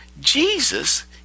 Jesus